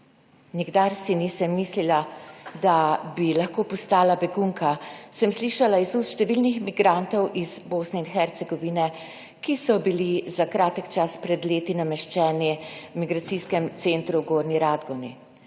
Nikdar si nisem mislila, da bi lahko postala begunka. Sem slišala iz ust številnih migrantov iz Bosne in Hercegovine, ki so bili za kratek čas pred leti nameščeni v migracijskem centru v Gornji Radgoni.